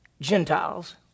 Gentiles